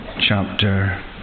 chapter